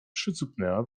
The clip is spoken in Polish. przycupnęła